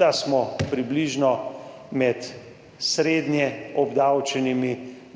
Da smo približno med srednje obdavčenimi